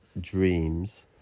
Dreams